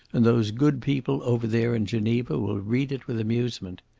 and those good people over there in geneva will read it with amusement.